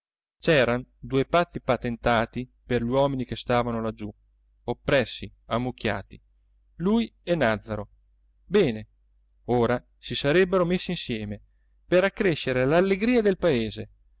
c'eran due pazzi patentati per gli uomini che stavano laggiù oppressi ammucchiati lui e nàzzaro bene ora si sarebbero messi insieme per accrescere l'allegria del paese